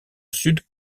sud